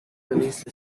released